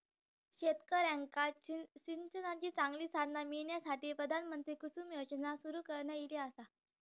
शेतकऱ्यांका सिंचनाची चांगली साधना मिळण्यासाठी, प्रधानमंत्री कुसुम योजना सुरू करण्यात ईली आसा